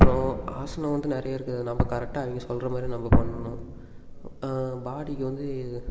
அப்புறோம் ஆசனம் வந்து நிறைய இருக்குது நம்ம கரெட்டாக அவங்க சொல்கிற மாதிரி நம்ம பண்ணணும் பாடிக்கு வந்து